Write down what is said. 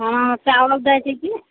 हँ चावल दै छै की